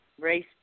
race